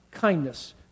kindness